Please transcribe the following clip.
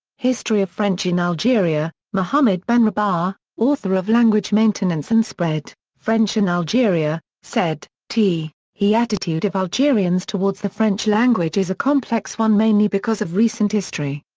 history of french in algeria mohamed benrabah, author of language maintenance and spread french in algeria, said t he attitude of algerians towards the french language is a complex one mainly because of recent history.